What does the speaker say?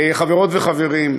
חברות וחברים,